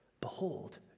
behold